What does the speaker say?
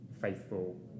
faithful